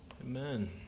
Amen